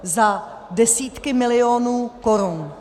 Za desítky milionů korun.